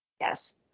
Yes